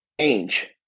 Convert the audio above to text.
change